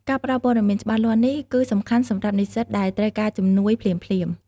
ការផ្ដល់ព័ត៌មានច្បាស់លាស់នេះគឺសំខាន់សម្រាប់និស្សិតដែលត្រូវការជំនួយភ្លាមៗ។